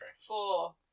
four